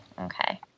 okay